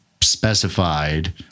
specified